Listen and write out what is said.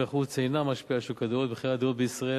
חוץ אינה משפיעה על שוק הדירות ועל מחירי הדירות בישראל,